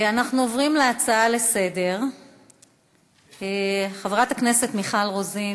אנחנו עוברים להצעות לסדר-היום מס' 2982,